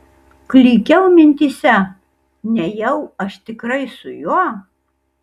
klykiau mintyse nejau aš tikrai su juo